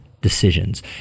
decisions